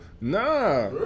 Nah